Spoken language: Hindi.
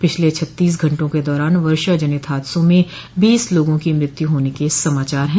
पिछले छत्तीस घंटों के दौरान वर्षा जनित हादसों में बीस लोगों की मृत्यु होने के समाचार है